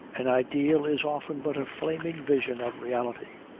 an ideal is often but a flaming vision of reality.